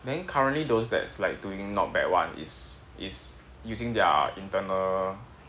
then currently those that's like doing not bad [one] is is using their internal